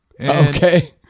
Okay